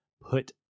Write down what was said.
put